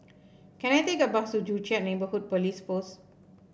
can I take a bus to Joo Chiat Neighbourhood Police Post